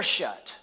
shut